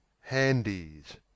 Handies